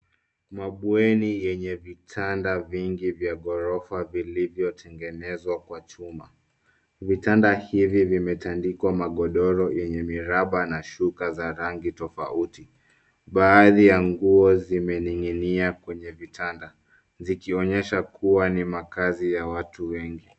Mabweni yenye vitanda vingi vya ghorofa vilivyotegenezwa kwa chuma. Vitanda hivi vimetandikwa magodoro yenye miraba na shuka za rangi tofauti. Baadhi ya nguo zimening'inia kwenye vitanda, zikionyesha kuwa ni makazi ya watu wengi.